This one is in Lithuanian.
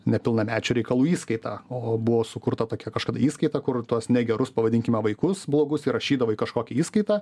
nepilnamečių reikalų įskaita o buvo sukurta tokia kažkada įskaita kur tuos negerus pavadinkime vaikus blogus įrašydavo į kažkokią įskaitą